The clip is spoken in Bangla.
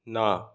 না